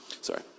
sorry